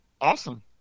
Awesome